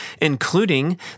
including